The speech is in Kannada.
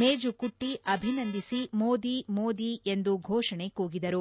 ಮೇಜುಕುಟ್ಟಿ ಅಭಿನಂದಿಸಿ ಮೋದಿ ಮೋದಿ ಎಂದು ಘೋಷಣೆ ಕೂಗಿದರು